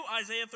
Isaiah